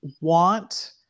want